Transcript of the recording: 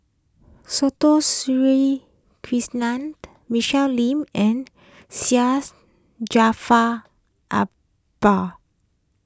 Sri Krishna Michelle Lim and Syed Jaafar Albar